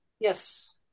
Yes